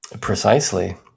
Precisely